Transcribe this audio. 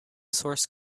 source